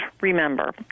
remember